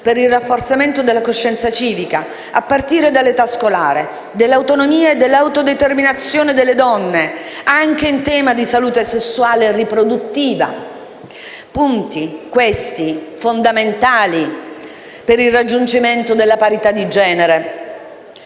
per il rafforzamento della coscienza civica, a partire dall'età scolare, dell'autonomia e dell'autodeterminazione delle donne anche in tema di salute sessuale e riproduttiva. Questi punti sono fondamentali per il raggiungimento della parità di genere.